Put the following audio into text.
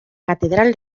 catedral